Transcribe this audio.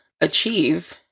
achieve